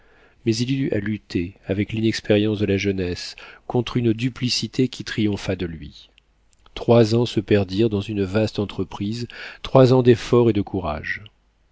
mais il eut à lutter avec l'inexpérience de la jeunesse contre une duplicité qui triompha de lui trois ans se perdirent dans une vaste entreprise trois ans d'efforts et de courage